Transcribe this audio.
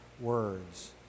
words